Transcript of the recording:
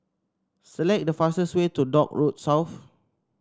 select the fastest way to Dock Road South